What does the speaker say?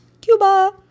Cuba